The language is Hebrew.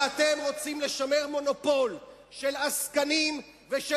אבל אתם רוצים לשמר מונופול של עסקנים ושל